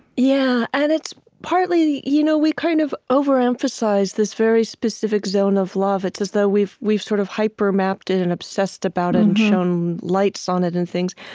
yeah, and it's partly you know we kind of over-emphasize this very specific zone of love. it's as though we've we've sort of hyper mapped it and obsessed about it and shone lights on it and things.